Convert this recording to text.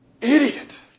idiot